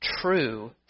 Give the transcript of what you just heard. True